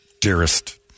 dearest